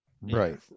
Right